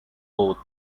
both